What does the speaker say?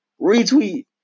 Retweet